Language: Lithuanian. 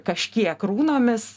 kažkiek runomis